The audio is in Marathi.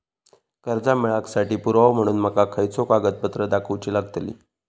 कर्जा मेळाक साठी पुरावो म्हणून माका खयचो कागदपत्र दाखवुची लागतली?